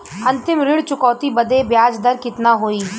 अंतिम ऋण चुकौती बदे ब्याज दर कितना होई?